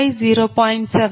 5 0